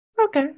Okay